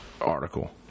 article